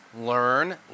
learn